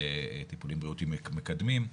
טיפולים בריאותיים מקדמים.